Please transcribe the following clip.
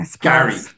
Gary